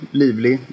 livlig